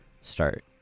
start